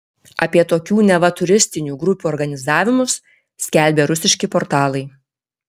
apie tokių neva turistinių grupių organizavimus skelbė rusiški portalai